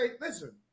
listen